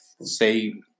say